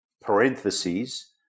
parentheses